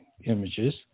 images